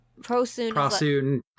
Prosoon